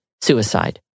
suicide